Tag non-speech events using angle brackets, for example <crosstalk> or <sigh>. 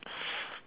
<noise>